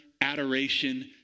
adoration